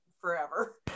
forever